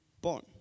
born